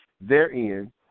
therein